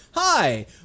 Hi